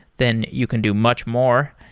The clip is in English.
then you can do much more.